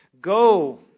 Go